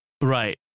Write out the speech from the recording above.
Right